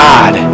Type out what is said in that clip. God